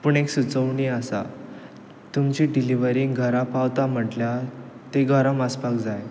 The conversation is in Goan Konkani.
पूण एक सुचोवणी आसा तुमची डिलीवरी घरा पावता म्हटल्यार तें गरम आसपाक जाय